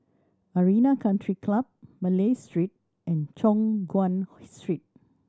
Arena Country Club Malay Street and Choon Guan Street